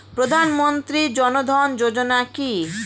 প্রধানমন্ত্রী জনধন যোজনা কি?